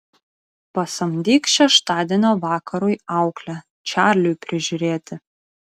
pasamdyk šeštadienio vakarui auklę čarliui prižiūrėti